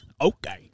Okay